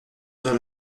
dans